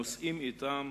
נושאים אתם